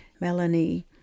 Melanie